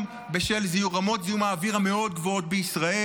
גם בשל רמות זיהום האוויר המאוד-גבוהות בישראל